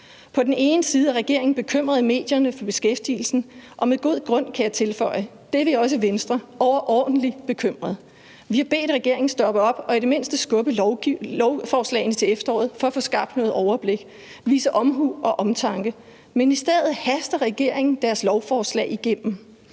til diskussion. Regeringen er bekymret i medierne for beskæftigelsen – og med god grund, kan jeg tilføje. Det er vi også i Venstre – overordentlig bekymret. Vi har bedt regeringen om at stoppe op og i det mindste skubbe lovforslagene til efteråret for at få skabt noget overblik, vise omhu og omtanke. Men i stedet haster regeringen sine lovforslag igennem